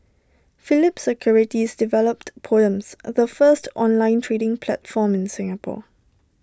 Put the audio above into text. Phillip securities developed poems the first online trading platform in Singapore